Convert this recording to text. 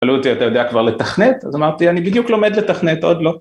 שאלו אותי אתה יודע כבר לתכנת? אז אמרתי אני בדיוק לומד לתכנת, עוד לא.